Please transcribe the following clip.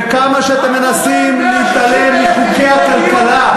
וכמה שאתם מנסים להתעלם מחוקי הכלכלה,